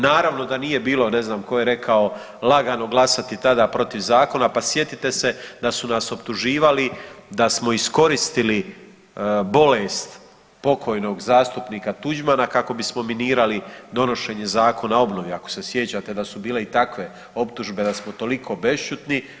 Naravno da nije bilo, ne znam tko je rekao, lagano glasati tada protiv zakona, pa sjetite se da su nas optuživali da smo iskoristili bolest pokojnog zastupnika Tuđmana kako bismo minirali donošenje Zakona o obnovi, ako se sjećate da su bile i takve optužbe da smo toliko bešćutni.